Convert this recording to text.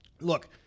look